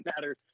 matter